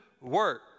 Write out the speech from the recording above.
work